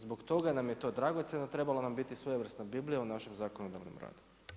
Zbog toga nam je to dragocjeno, trebalo nam biti svojevrsna Biblija u našem zakonodavnom radu.